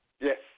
yes